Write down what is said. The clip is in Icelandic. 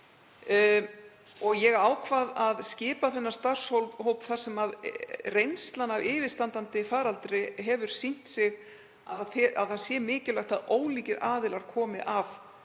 Ég ákvað að skipa þennan starfshóp þar sem reynslan af yfirstandandi faraldri hefur sýnt að mikilvægt er að ólíkir aðilar komi að málum.